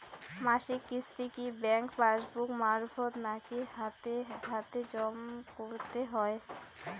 মাসিক কিস্তি কি ব্যাংক পাসবুক মারফত নাকি হাতে হাতেজম করতে হয়?